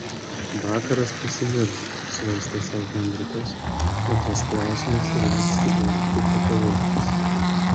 vakaras pasimirš svarstė sau henrikas o tas klausimas ir liks kyboti kaip pakaruoklis